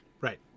Right